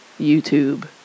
YouTube